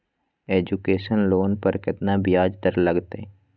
Education loan पर केतना ब्याज दर लगतई?